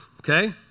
Okay